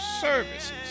services